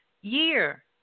year